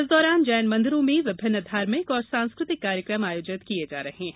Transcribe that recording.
इस दौरान जैन मंदिरों में विभिन्न धार्मिक और सांस्कृतिक कार्यक्रम आयोजित किये जा रहे हैं